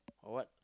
or what